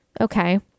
Okay